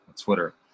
Twitter